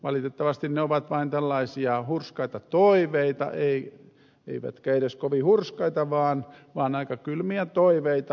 valitettavasti ne ovat vain tällaisia hurskaita toiveita eivätkä edes kovin hurskaita vaan aika kylmiä toiveita